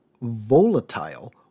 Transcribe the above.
volatile